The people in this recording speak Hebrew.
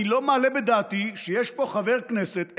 אני לא מעלה בדעתי שיש פה חבר כנסת אחד,